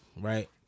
Right